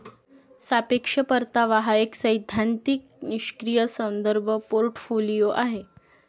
सापेक्ष परतावा हा एक सैद्धांतिक निष्क्रीय संदर्भ पोर्टफोलिओ आहे